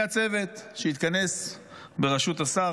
היה צוות שהתכנס בראשות השר,